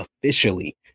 officially